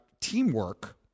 teamwork